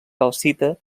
calcita